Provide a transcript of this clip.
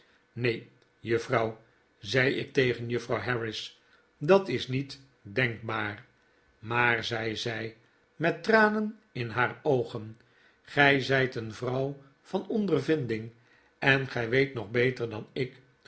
neen juffrouw zei ik tegen juffrouw harris dat is niet denkbaar maar zei zij met tranen in haar oogen gij zijt een vrouw van ondervinding en gij weet nog beter dan ik